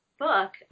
book